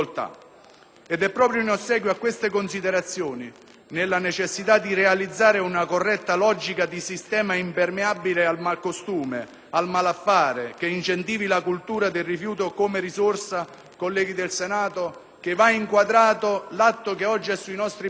Ed è proprio in ossequio a queste considerazioni, nella necessità di realizzare una corretta logica di sistema impermeabile al malcostume, al malaffare, che incentivi la cultura del rifiuto come risorsa, colleghi del Senato, che va inquadrato l'atto che oggi è sui nostri banchi: